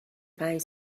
پنج